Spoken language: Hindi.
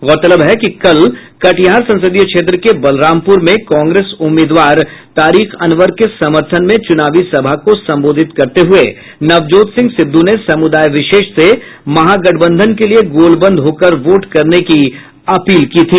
गौरतलब है कि कल कटिहार संसदीय क्षेत्र के बलरामपुर में कांग्रेस उम्मीदवार तारिक अनवर के समर्थन में चुनावी सभा को संबोधित करते हुए नवजोत सिंह सिद्धू ने समुदाय विशेष से महागठबंधन के लिए गोलबंद होकर वोट करने की अपील की थी